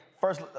first